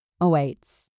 awaits